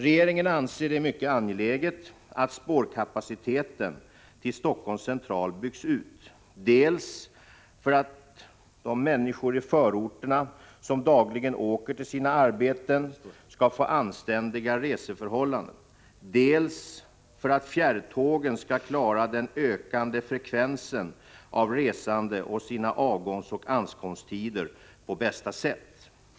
Regeringen anser det mycket angeläget att spårkapaciteten till Helsingforss Central byggs ut dels för att de människor i förorterna som dagligen åker till sina arbeten skall få anständiga resförhållanden, dels för att fjärrtågen skall klara den ökande frekvensen av resande och sina avgångsoch ankomsttider på bästa sätt.